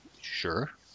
Sure